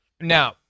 Now